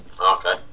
Okay